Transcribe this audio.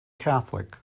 catholic